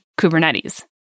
Kubernetes